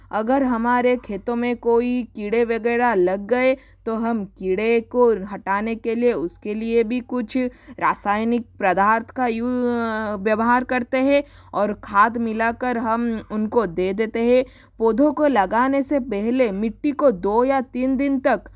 अगर हमारे खेतों में कोई कीड़े वगैरह लग गए तो हम कीड़े को हटाने के लिए उसके लिए भी कुछ रासायनिक पदार्थ का व्यवहार करते हैं और खाद मिलाकर हम उनको दे देते है पौधों को लगाने से पहले मिट्टी को दो या तीन दिन तक